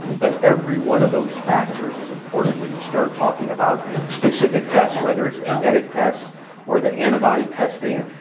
but every one of those factors is important when you start talking about specific tests, whether it's genetic tests or the antibody testing.